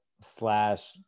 slash